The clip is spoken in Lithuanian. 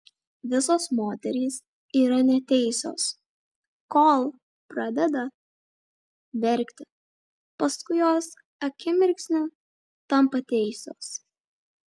visos moterys yra neteisios kol pradeda verkti paskui jos akimirksniu tampa teisios